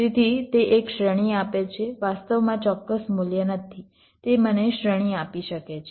તેથી તે એક શ્રેણી આપે છે વાસ્તવમાં ચોક્કસ મૂલ્ય નથી તે મને શ્રેણી આપી શકે છે